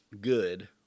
good